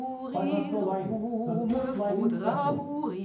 by musco lighting, the sports lighting specialist,